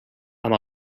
amb